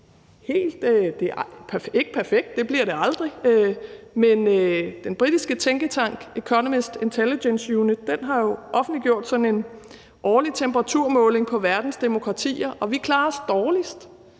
helt perfekt, og det bliver det aldrig. Men den britiske tænketank Economist Intelligence Unit har offentliggjort en årlig temperaturmåling på verdens demokratier, og vi klarer os dårligst